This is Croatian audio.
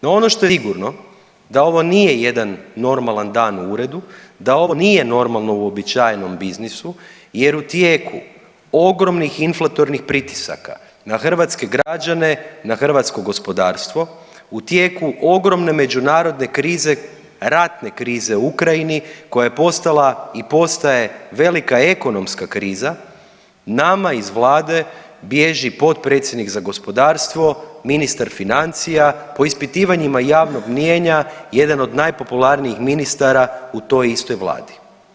No ono što je sigurno da ovo nije jedan normalan rad u uredu, da ovo nije normalno uobičajenom biznisu jer u tijeku ogromnih inflatornih pritisaka na hrvatske građane, na hrvatsko gospodarstvo u tijeku ogromne međunarodne krize ratne krize u Ukrajini koja je postala i postaje velika ekonomska kriza, nama iz vlade bježi potpredsjednik za gospodarstvo, ministar financija, po ispitivanjima javnog mnijenja jedan od najpopularnijih ministara u toj istoj vladi.